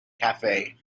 cafe